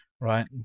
right